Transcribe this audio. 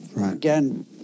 again